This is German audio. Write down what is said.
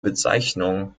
bezeichnung